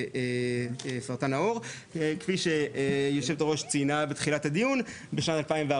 סרטן העור וכפי שהיו"ר ציינה בתחילת הדיון שבשנת 2014